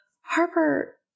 Harper